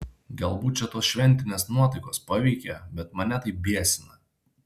galbūt čia tos šventinės nuotaikos paveikė bet mane tai biesina